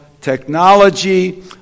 technology